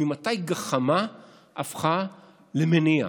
ממתי גחמה הפכה למניע?